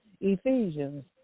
Ephesians